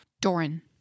Doran